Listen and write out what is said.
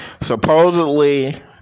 supposedly